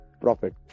profit